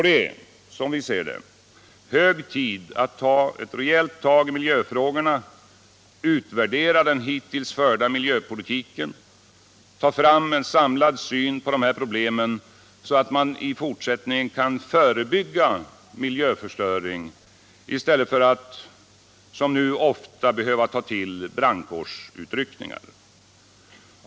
Det är som vi ser det hög tid att ta ett rejält tag i miljöfrågorna, utvärdera den hittills förda miljöpolitiken och ta fram en samlad syn på de här problemen, så att man i fortsättningen kan förebygga miljöförstöring i stället för att som nu ofta behöva ta till brandkårsutryckningar.